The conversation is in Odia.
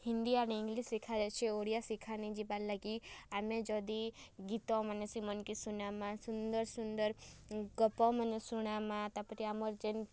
ହିନ୍ଦୀ ଆଣ୍ଡ୍ ଇଂଗ୍ଲିଶ୍ ଶିଖାଯାଉଛେ ଓଡ଼ିଆ ଶିଖା ନାଇଁ ଯିବାର୍ ଲାଗି ଆମେ ଯଦି ଗୀତ୍ମାନେ ସେମାନ୍ଙ୍କେ ଶୁଣାମା ସୁନ୍ଦର୍ ସୁନ୍ଦର୍ ଗପମାନେ ଶୁଣାମା ତା'ପରେ ଆମର୍ ଯେନ୍